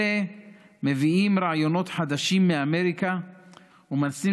אלה מביאים רעיונות חדשים מאמריקה ומנסים